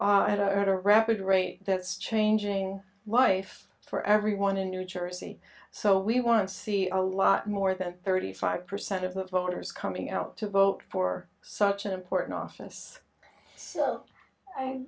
legislation at a rapid rate that's changing life for everyone in new jersey so we want to see a lot more than thirty five percent of the voters coming out to vote for such an important office so i